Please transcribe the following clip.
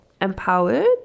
empowered